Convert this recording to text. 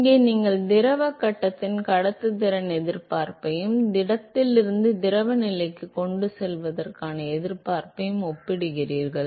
இங்கே நீங்கள் திரவ கட்டத்தில் கடத்துத்திறன் எதிர்ப்பையும் திடத்திலிருந்து திரவ நிலைக்கு கொண்டு செல்வதற்கான எதிர்ப்பையும் ஒப்பிடுகிறீர்கள்